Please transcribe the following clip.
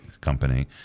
company